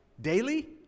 Daily